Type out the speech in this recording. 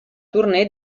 tournée